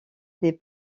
des